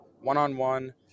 One-on-one